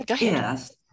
yes